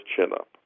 chin-up